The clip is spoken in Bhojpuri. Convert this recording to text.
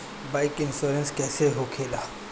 बाईक इन्शुरन्स कैसे होखे ला?